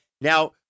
Now